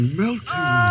melting